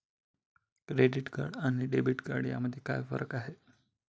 Credit card आणि debit card यामध्ये काय फरक आहे?